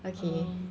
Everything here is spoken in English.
um